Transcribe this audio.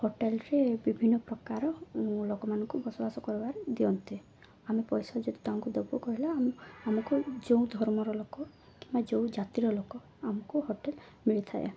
ହୋଟେଲରେ ବିଭିନ୍ନ ପ୍ରକାର ଲୋକମାନଙ୍କୁ ବସବାସ କର ଦିଅନ୍ତି ଆମେ ପଇସା ଯଦି ତାଙ୍କୁ ଦେବୁ କହିଲେ ଆମକୁ ଯେଉଁ ଧର୍ମର ଲୋକ କିମ୍ବା ଯେଉଁ ଜାତିର ଲୋକ ଆମକୁ ହୋଟେଲ ମିଳିଥାଏ